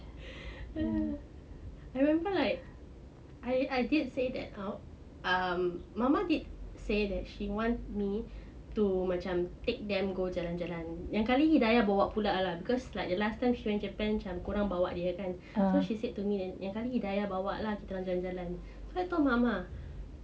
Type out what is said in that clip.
I remember like I I did say that out um mama did say that she want me to macam take them go jalan-jalan lain kali daya bawa pula lah because like the last time she went japan macam korang bawa dia kan so she said to me lain kali daya bawa lah kita jalan-jalan so I told mama